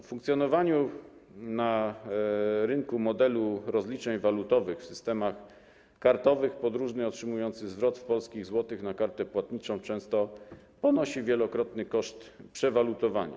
W funkcjonowaniu na rynku modelu rozliczeń walutowych w systemach kartowych podróżny otrzymujący zwrot w polskich złotych na kartę płatniczą często ponosi wielokrotny koszt przewalutowania.